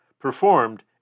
performed